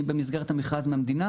במסגרת המכרז מהמדינה,